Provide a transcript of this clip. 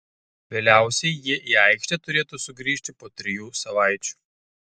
vėliausiai jie į aikštę turėtų sugrįžti po trijų savaičių